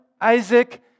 Isaac